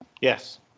Yes